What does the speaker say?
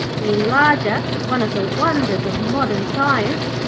the enlarger, one of the wonders of modern science,